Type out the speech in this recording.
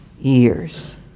years